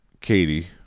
Katie